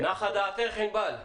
נחה דעתך, ענבל?